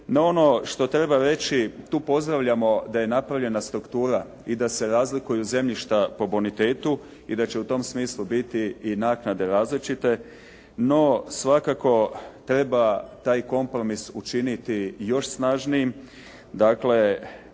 No, ono što treba reći tu pozdravljamo da je napravljena struktura i se razlikuju zemljišta po bonitetu i da će u tom smislu biti i naknade različite. No, svakako treba taj kompromis učiniti još snažnijim.